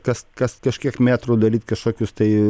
kas kas kažkiek metrų daryt kažkokius tai